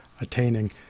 attaining